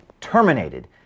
terminated